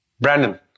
Brandon